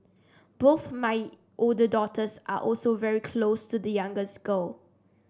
both my older daughters are also very close to the youngest girl